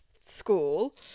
school